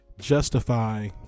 justify